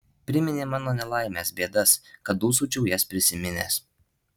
priminė mano nelaimes bėdas kad dūsaučiau jas prisiminęs